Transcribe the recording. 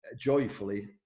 joyfully